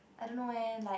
I don't know eh like